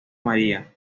maría